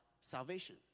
salvation